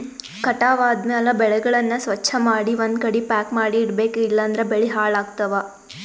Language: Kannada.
ಕಟಾವ್ ಆದ್ಮ್ಯಾಲ ಬೆಳೆಗಳನ್ನ ಸ್ವಚ್ಛಮಾಡಿ ಒಂದ್ಕಡಿ ಪ್ಯಾಕ್ ಮಾಡಿ ಇಡಬೇಕ್ ಇಲಂದ್ರ ಬೆಳಿ ಹಾಳಾಗ್ತವಾ